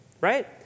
Right